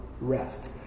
rest